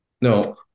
No